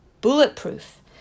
bulletproof